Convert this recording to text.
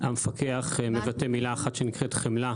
המפקח מבטא מילה אחת שנקראת חמלה,